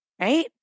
right